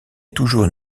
toujours